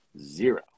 Zero